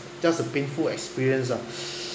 just a painful experience ah